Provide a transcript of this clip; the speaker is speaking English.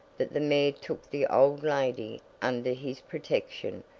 that the mayor took the old lady under his protection,